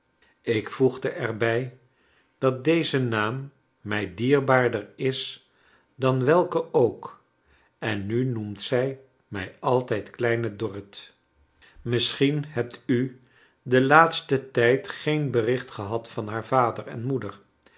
ik voegde er bij dat deze naam mij dierbaarder is dan welke ook en nu noemt zij mij altijd kleine dorrit misschien hebt u in den laatsten tijd geen bericht gehad van haar vader en moeder